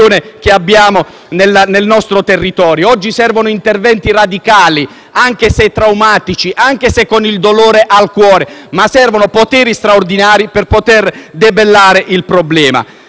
che ha colpito il nostro territorio. Oggi servono interventi radicali, anche se traumatici e se posti in essere con il dolore al cuore. Servono poteri straordinari per poter debellare il problema.